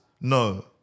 no